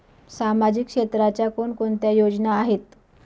सामाजिक क्षेत्राच्या कोणकोणत्या योजना आहेत?